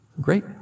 Great